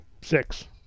six